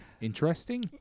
interesting